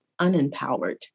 unempowered